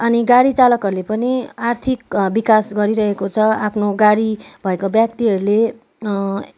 अनि गाडी चालकहरूले पनि आर्थिक बिकास गरिरहेको छ आफ्नो गाडी भएको व्याक्तिहरूले